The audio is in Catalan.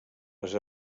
les